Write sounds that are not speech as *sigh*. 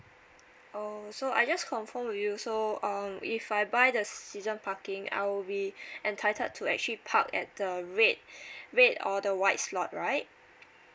oh so I just confirm with you so um if I buy the season parking I will be *breath* entitled to actually park at the red red or the white's lot right